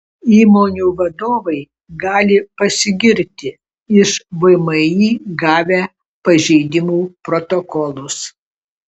įmonių vadovai gali pasigirti iš vmi gavę pažeidimų protokolus